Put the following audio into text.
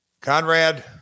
Conrad